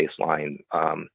baseline